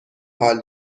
حال